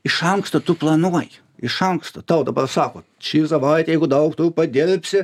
iš anksto tu planuoji iš anksto tau dabar sako ši savaitė jeigu daug tu padirbsi